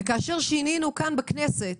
וכאשר שינינו כאן בכנסת,